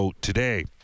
today